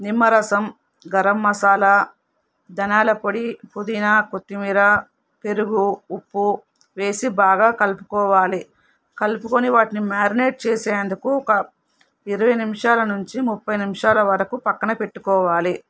నిమ్మరసం గరంమసాలా ధనియాలపొడి పుదీనా కొత్తిమీర పెరుగు ఉప్పు వేసి బాగా కలుపుకోవాలి కలుపుకుని వాటిని మ్యారినేట్ చేసేందుకు ఒక ఇరవై నిమిషాల నుంచి ముప్పై నిమిషాల వరకు పక్కన పెట్టుకోవాలి